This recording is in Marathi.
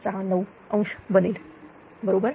69° बनेल बरोबर